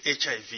HIV